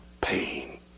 pain